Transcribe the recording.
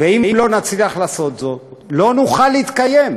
ואם לא נצליח לעשות זאת, לא נוכל להתקיים,